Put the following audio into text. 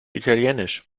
italienisch